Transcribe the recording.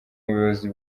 buyobozi